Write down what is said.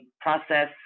process